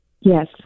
Yes